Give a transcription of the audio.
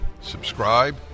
Subscribe